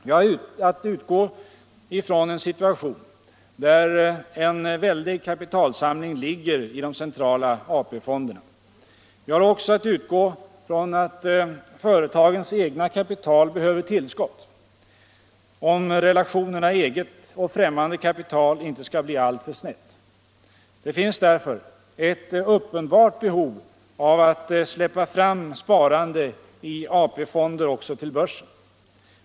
Vi har att utgå ifrån en situation där en väldig kapitalansamling ligger i de centrala AP-fonderna. Vi har också att utgå från att företagens egna kapital behöver tillskott om relationen mellan eget och främmande kapital inte skall bli alltför sned. Det finns därför ett uppenbart behov av att släppa fram sparande i AP-fonder också till börsen.